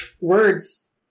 Words